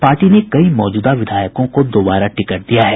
party ने कई मौजूदा विधायकों को दोबारा टिकट दिया है